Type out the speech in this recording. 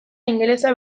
ingelesa